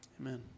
Amen